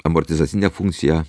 amortizacinę funkciją